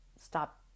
stop